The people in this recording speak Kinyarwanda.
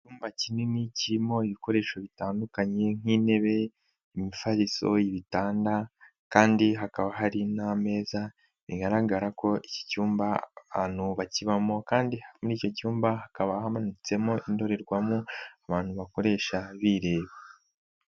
Icyumba kinini kirimo ibikoresho bitandukanye, nk'intebe, imifariso, ibitanda kandi hakaba hari n'ameza, bigaragara ko iki cyumba abantu bakibamo kandi muri icyo cyumba hakaba hamanitsemo indorerwamo, abantu bakoresha bireba.